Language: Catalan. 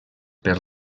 per